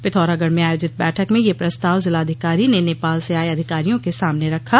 पिथौरागढ़ में आयोजित बैठक में यह प्रस्ताव जिलाधिकारी ने नेपाल से आए अधिकारियों के सामने रखा